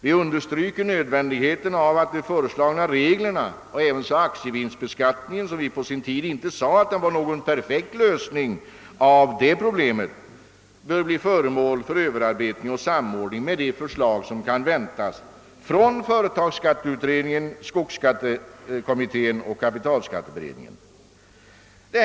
Vi understryker nödvändigheten av att de föreslagna reglerna ävensom aktievinstbeskattningen — Vi påpekade på sin tid att denna inte var någon perfekt lösning av problemet — blir föremål för överarbetning och samordning med de förslag som kan väntas från företagsskatteutredningen, skogsskattekommittén och kapitalskatteberedningen.